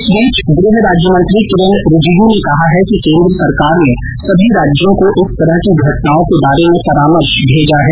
इस बीच गृह राज्यमंत्री किरेन रिजिजू ने कहा है कि केन्द्र सरकार ने सभी राज्यों को इस तरह की घटनाओं के बारे में परामर्श भेजा है